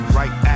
right